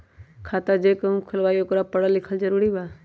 खाता जे केहु खुलवाई ओकरा परल लिखल जरूरी वा?